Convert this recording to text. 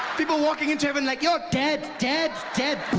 people walking into heaven like, yo, dead, dead, dead!